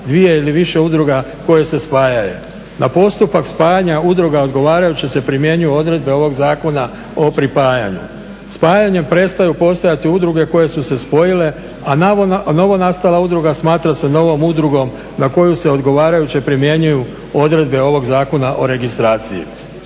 dvije ili više udruga koje se spajaju. Na postupak spajanju udruga odgovarajuće se primjenjuju odredbe ovog Zakona o pripajanju. Spajanjem prestaju postojati udruge koje su se spojile a novonastala udruga smatra se novom udrugom na koju se odgovarajuće primjenjuju odredbe ovog Zakona o registraciji.